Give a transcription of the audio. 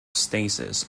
stasis